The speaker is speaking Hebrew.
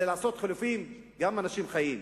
אלא לעשות חילופים גם עם אנשים חיים.